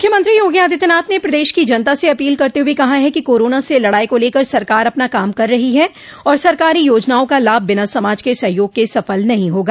मुख्यमंत्री योगी आदित्यनाथ ने प्रदेश की जनता से अपील करते हुए कहा कि कोरोना से लड़ाई को लेकर सरकार अपना काम कर रही है और सरकारी योजनाओं का लाभ बिना समाज के सहयोग के सफल नहीं होगा